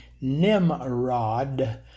Nimrod